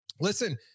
Listen